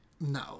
No